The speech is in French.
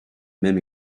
même